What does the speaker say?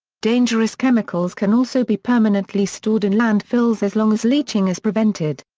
dangerous chemicals can also be permanently stored in landfills as long as leaching is prevented.